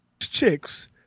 chicks